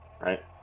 right